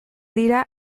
dira